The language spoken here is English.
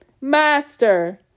Master